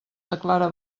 declara